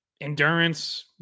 endurance